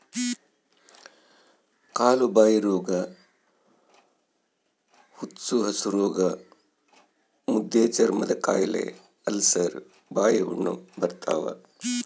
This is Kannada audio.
ಕಾಲುಬಾಯಿರೋಗ ಹುಚ್ಚುಹಸುರೋಗ ಮುದ್ದೆಚರ್ಮದಕಾಯಿಲೆ ಅಲ್ಸರ್ ಬಾಯಿಹುಣ್ಣು ಬರ್ತಾವ